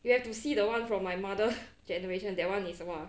you have to see the one from my mother's generation that one is !wah!